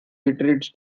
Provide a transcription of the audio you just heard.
retreats